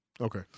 Okay